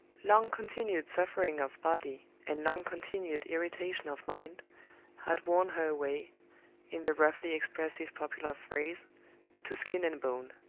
long-continued suffering of body and long-continued irritation of mind had worn her away in the roughly expressive popular phrase to skin and bone.